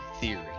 theory